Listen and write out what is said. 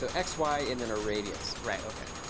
so x, y, and then a radius. right. ok.